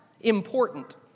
important